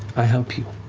i help you,